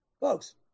folks